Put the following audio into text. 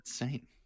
insane